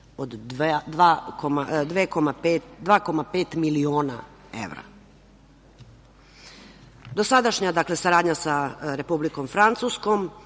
2,5 miliona evra. Dosadašnja saradnja sa Republikom Francuskom